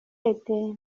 yvette